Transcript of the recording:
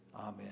Amen